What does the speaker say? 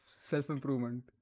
self-improvement